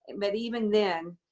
and but even then,